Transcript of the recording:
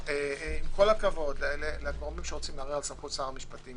עם כל הכבוד לגורמים שרוצים לערער על סמכות שר המשפטים,